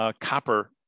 copper